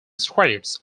credits